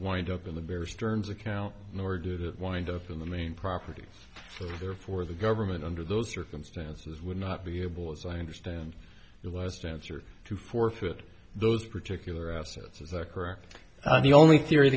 wind up in the bear stearns account nor did it wind up in the main property so therefore the government under those circumstances would not be able as i understand your last answer to forfeit those particular assets is that correct the only theory